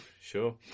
sure